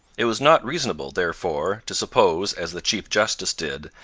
it was not reasonable, therefore, to suppose, as the chief justice did,